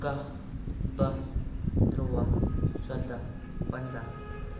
کاہ بہہ تُرٛواہ ژۄداہ پنٛداہ